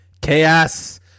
chaos